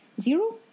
zero